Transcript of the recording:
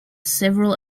several